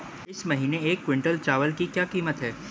इस महीने एक क्विंटल चावल की क्या कीमत है?